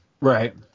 right